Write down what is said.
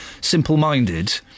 simple-minded